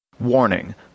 Warning